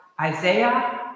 Isaiah